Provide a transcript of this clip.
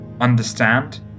understand